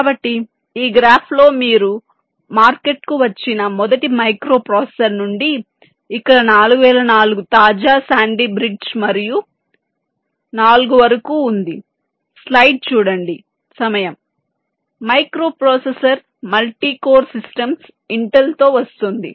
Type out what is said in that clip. కాబట్టి ఈ గ్రాఫ్లో మీరు మార్కెట్కు వచ్చిన మొదటి మైక్రోప్రాసెసర్ నుండి ఇక్కడ 4004 తాజా శాండీ బ్రిడ్జ్ మరియు IV వరకు ఉంది స్లయిడ్ చూడండి సమయం 1320 microprocessor multi core systems Intel తో వస్తోంది